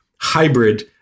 hybrid